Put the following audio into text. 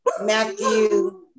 Matthew